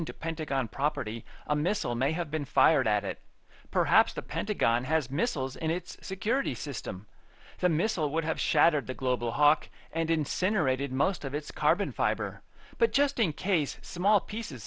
into pentagon property a missile may have been fired at it perhaps the pentagon has missiles in its security system the missile would have shattered the global hawk and incinerated most of its carbon fiber but just in case small pieces